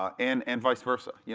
um and and vice versa, yeah